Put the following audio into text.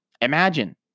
Imagine